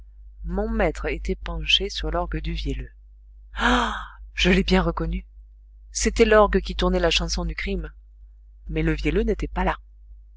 mon maître était penché sur l'orgue du vielleux ah je l'ai bien reconnu c'était l'orgue qui tournait la chanson du crime mais le vielleux n'était pas là